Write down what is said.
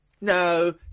No